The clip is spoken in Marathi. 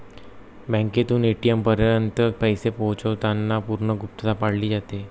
बँकेतून ए.टी.एम पर्यंत पैसे पोहोचवताना पूर्ण गुप्तता पाळली जाते